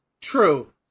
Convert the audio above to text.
True